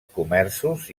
comerços